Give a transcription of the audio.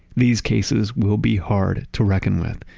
these cases will be hard to reckon with,